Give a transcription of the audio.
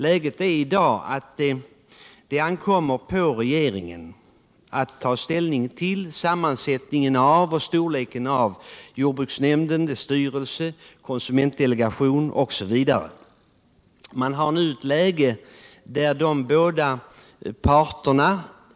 Läget är i dag att det ankommer på regeringen att ta ställning till sammansättningen av och storleken på jordbruksnämnden, dess styrelse, konsumentdelegation osv.